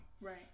Right